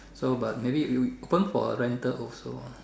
so but maybe we we open for rental also lor